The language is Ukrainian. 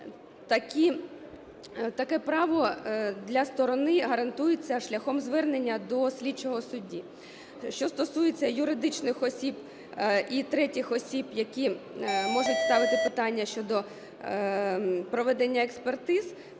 таке право для сторони гарантується шляхом звернення до слідчого судді. Що стосується юридичних осіб і третіх осіб, які можуть ставити питання щодо проведення експертиз,